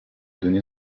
donné